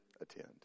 attend